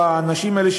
או האנשים האלה,